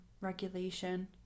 regulation